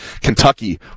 Kentucky